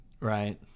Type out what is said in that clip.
right